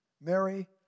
Mary